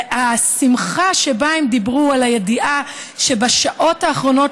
השמחה שבה הם דיברו על הידיעה שבשעות האחרונות